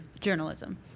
Journalism